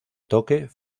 toque